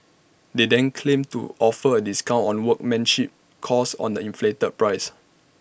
they then claim to offer A discount on workmanship cost on the inflated price